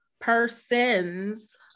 persons